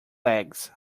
legs